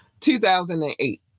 2008